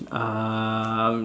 uh